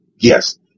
yes